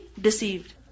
deceived